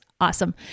awesome